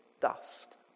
dust